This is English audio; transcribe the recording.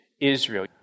Israel